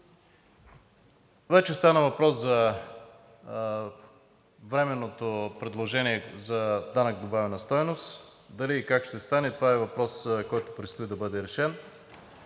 Вече стана въпрос за временното предложение за данък добавена стойност – дали и как ще стане това е въпрос, който предстои да бъде решен.